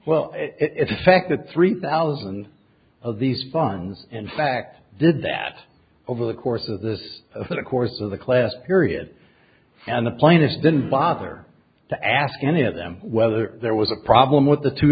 well it's a fact that three thousand of these funds in fact did that over the course of this for the course of the class period and the plaintiff didn't bother to ask any of them whether there was a problem with the two